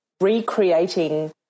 recreating